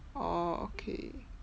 oh okay